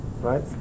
right